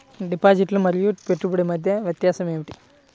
Deposit మరియు పెట్టుబడి మధ్య వ్యత్యాసం ఏమిటీ?